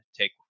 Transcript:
take